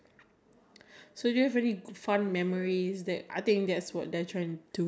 you have died and can now see all the statics from your life